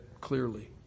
clearly